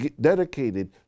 dedicated